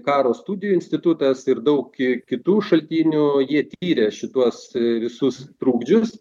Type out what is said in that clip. karo studijų institutas ir daug ki kitų šaltinių ji tyrė šituos visus trukdžius